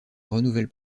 renouvelle